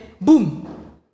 boom